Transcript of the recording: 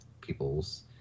people's